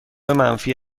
منفی